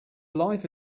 life